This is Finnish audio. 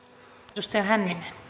arvoisa rouva